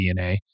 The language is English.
DNA